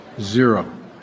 Zero